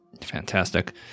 Fantastic